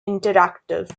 interactive